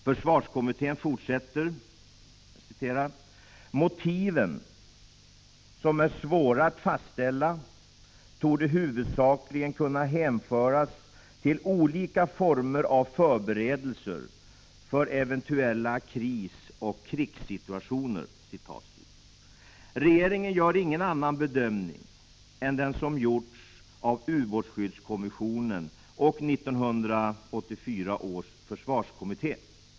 Försvarskommittén fortsätter: ”Motiven, som är svåra att fastställa, torde huvudsakligen kunna hänföras till olika former av förberedelser för eventuella krisoch krigssituationer.” Regeringen gör ingen annan bedömning än den som gjorts av ubåtsskyddskommissionen och 1984 års försvarskommitté.